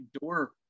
door